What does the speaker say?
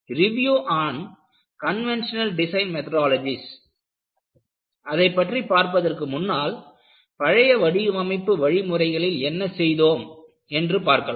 review and conventional design methodologies அதைப் பற்றிப் பார்ப்பதற்கு முன்னால் பழைய வடிவமைப்பு வழிமுறைகளில் என்ன செய்தோம் என்று பார்க்கலாம்